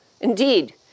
Indeed